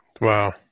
Wow